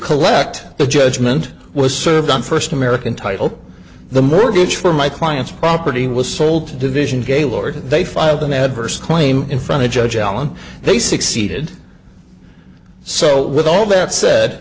collect the judgment was served on first american title the mortgage for my clients property was sold to division gaylord they filed an adverse claim in front of judge allen they succeeded so with all that said